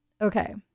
okay